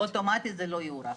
אוטומטית זה לא יוארך.